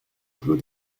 clos